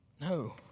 No